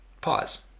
pause